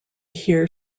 hear